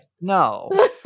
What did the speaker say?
no